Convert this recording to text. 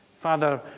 Father